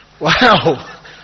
Wow